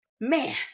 man